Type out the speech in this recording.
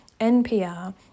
NPR